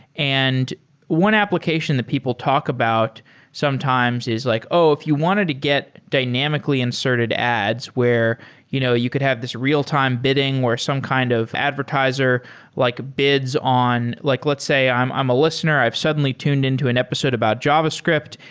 and one application that people talk about sometimes is like, oh, if you wanted to get dynamically inserted ads where you know you could have this real-time bidding, or some kind of advertiser like bids on like let's say i'm i'm a listener, i've suddenly tuned in to an episode about javascript.